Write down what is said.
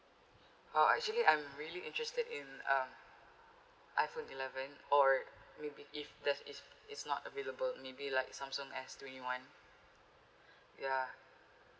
uh actually I'm really interested in um iphone eleven or maybe if there's if it's not available maybe like Samsung S twenty one ya